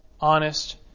honest